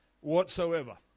whatsoever